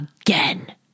again